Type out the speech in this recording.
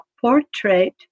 Portrait